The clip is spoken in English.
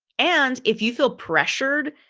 and if you feel pressured,